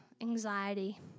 anxiety